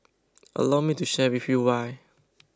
allow me to share with you why